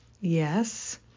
Yes